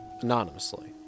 anonymously